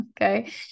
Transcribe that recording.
Okay